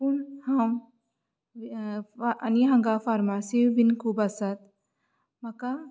पूण हांव आनी हांगा फार्मासी बीन खूब आसात म्हाका